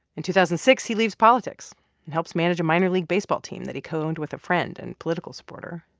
in two thousand and six, he leaves politics and helps manage a minor league baseball team that he co-owned with a friend and political supporter.